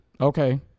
Okay